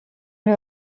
wir